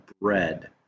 bread